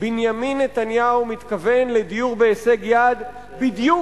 בנימין נתניהו מתכוון לדיור בהישג יד בדיוק